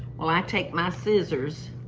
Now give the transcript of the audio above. well, i take my scissors